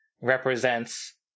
represents